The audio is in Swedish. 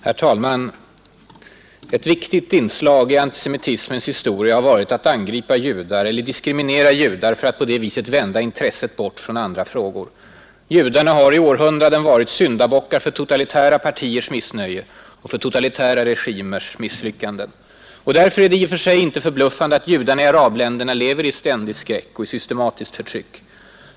Herr talman! Ett viktigt inslag i antisemitismens historia har varit att angripa judar eller diskriminera judar för att på det viset vända intresset bort från andra frågor. Judarna har i århundraden varit syndabockar för totalitära partiers missnöje och för totalitära regimers misslyckanden. Därför är det i och för sig inte förbluffande att judarna i arabländerna lever i ständig skräck och under systematiskt förtryck.